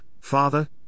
father